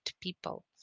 people